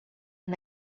and